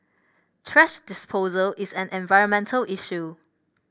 thrash disposal is an environmental issue